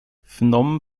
phnom